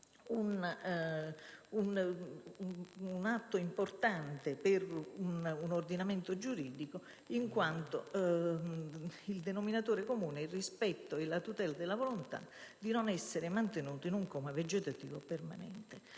un atto importante per un ordinamento giuridico in quanto il denominatore comune è il rispetto e la tutela della volontà di non essere mantenuto in un coma vegetativo permanente.